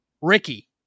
Ricky